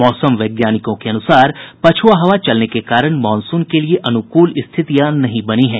मौसम वैज्ञानिकों के अनुसार पछुआ हवा चलने के कारण मॉनसून के लिए अनुकूल स्थितियां नहीं बनी हैं